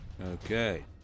Okay